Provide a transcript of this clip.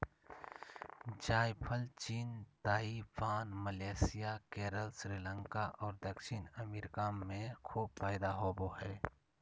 जायफल चीन, Taiwan, Malaysia, Kerala, Sri Lanka और दक्षिणी अमेरिका में खूब पैदा होबो हइ